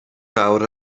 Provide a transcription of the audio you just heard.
nawr